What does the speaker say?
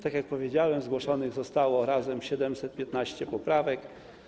Tak jak powiedziałem, zgłoszonych zostało 715 poprawek.